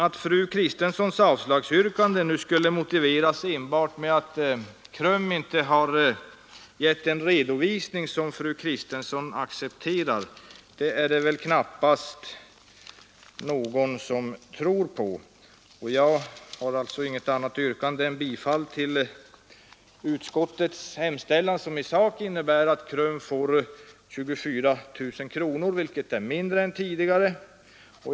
Att fru Kristenssons avslagsyrkande nu skulle vara motiverat enbart av att KRUM inte har lämnat en redovisning som fru Kristensson accepterar är det väl ändå knappast någon som tror. Jag yrkar bifall till utskottets hemställan, som i sak innebär att KRUM kommer att få 24 000 kronor vilket är mindre än tidigare.